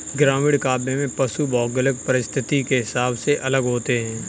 ग्रामीण काव्य में पशु भौगोलिक परिस्थिति के हिसाब से अलग होते हैं